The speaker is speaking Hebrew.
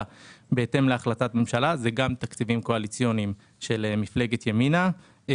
בהתאם להחלטת ממשלה זה גם תקציבים קואליציוניים של מפלגת ימינה,